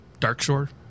Darkshore